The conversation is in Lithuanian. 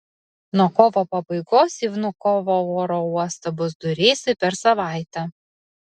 nuo kovo pabaigos į vnukovo oro uostą bus du reisai per savaitę